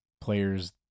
players